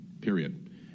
period